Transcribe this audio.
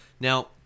Now